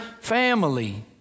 family